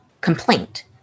complaint